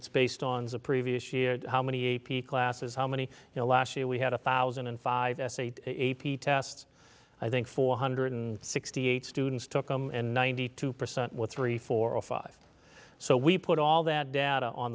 it's based on the previous year how many a p classes how many you know last year we had a thousand and five s eight a p tests i think four hundred sixty eight students took them and ninety two percent with three four or five so we put all that data on